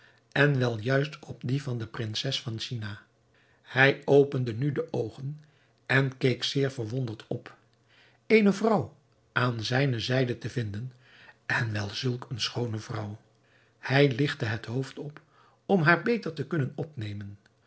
en wel juist op die van de prinses van china hij opende nu de oogen en keek zeer verwonderd op eene vrouw aan zijne zijde te vinden en wel zulk een schoone vrouw hij ligtte het hoofd op om haar beter te kunnen opnemen